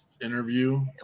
interview